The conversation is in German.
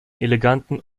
eleganten